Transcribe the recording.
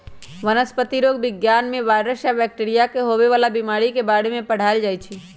वनस्पतिरोग विज्ञान में वायरस आ बैकटीरिया से होवे वाला बीमारी के बारे में पढ़ाएल जाई छई